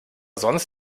sonst